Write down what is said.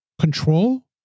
Control